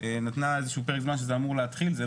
נתנה איזה פרק זמן שזה אמור להתחיל,